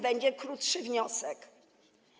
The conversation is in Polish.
Będzie krótszy wniosek.